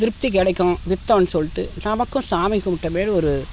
திருப்தி கிடைக்கும் விற்றோன்னு சொல்லிட்டு நமக்கும் சாமி கும்பிட்டோமேன்னு ஒரு